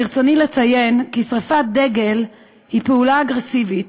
ברצוני לציין כי שרפת דגל היא פעולה אגרסיבית,